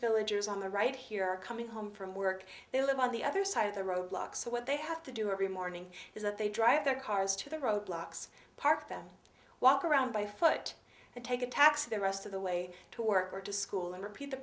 villagers on the right here are coming home from work they live on the other side of the road block so what they have to do every morning is that they drive their cars to the roadblocks park them walk around by foot and take a taxi the rest of the way to work or to school and repeat the